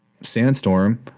Sandstorm